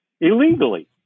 illegally